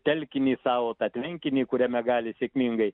telkinį savo tą tvenkinį kuriame gali sėkmingai